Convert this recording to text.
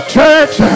church